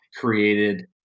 created